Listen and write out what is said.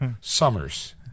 Summers